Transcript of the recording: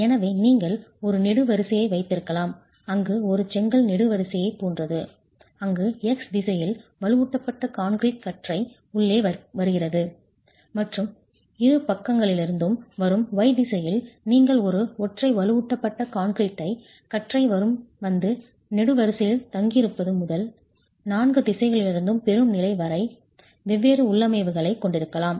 எனவே நீங்கள் ஒரு நெடுவரிசையை வைத்திருக்கலாம் அங்கு ஒரு செங்கல் நெடுவரிசையைப் போன்றது அங்கு x திசையில் வலுவூட்டப்பட்ட கான்கிரீட் கற்றை உள்ளே வருகிறது மற்றும் இரு பக்கங்களிலிருந்தும் வரும் y திசையில் நீங்கள் ஒரு ஒற்றை வலுவூட்டப்பட்ட கான்கிரீட் கற்றை வந்து நெடுவரிசையில் தங்கியிருப்பது முதல் நான்கு திசைகளிலிருந்தும் பெறும் நிலை வரை வெவ்வேறு உள்ளமைவுகளைக் கொண்டிருக்கலாம்